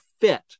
fit